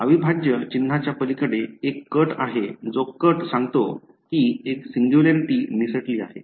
अविभाज्य चिन्हाच्या पलीकडे एक कट आहे जो कट सांगते की एक सिंग्युलॅरिटी निसटली आहे